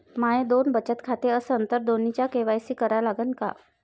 माये दोन बचत खाते असन तर दोन्हीचा के.वाय.सी करा लागन का?